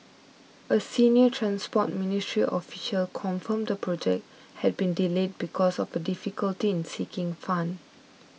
a senior Transport Ministry official confirmed the project had been delayed because of a difficulty in seeking fund